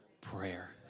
prayer